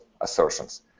assertions